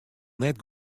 net